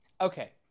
Okay